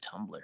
Tumblr